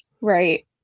Right